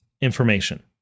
information